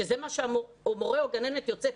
שזה מה המורה או גננת יוצאים,